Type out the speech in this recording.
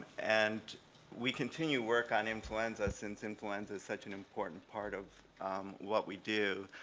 and we continue work on influenza since influenza is such an important part of what we do.